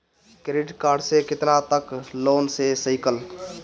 Credit card से कितना तक लोन ले सकईल?